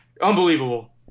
unbelievable